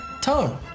Tone